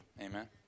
Amen